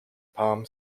palm